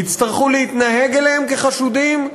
יצטרכו להתנהג אליהם כחשודים,